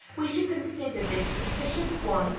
we should consider this a sufficient one,